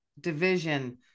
division